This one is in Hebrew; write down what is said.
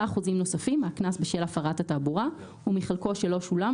אחוזים נוספים מהקנס בשל הפרת התעבורה או מחלקו שלא שולם,